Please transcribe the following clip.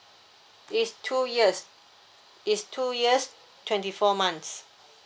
is two years is two years twenty four months